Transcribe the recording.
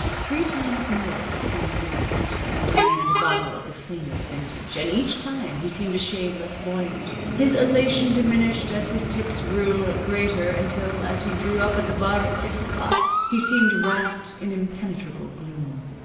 three times more did henri enter and demand a bottle of the famous vintage, and each time he seemed a shade less buoyant. his elation diminished as his tips grew greater until, as he drew up at the bar at six o'clock, he seemed wrapped in impenetrable gloom.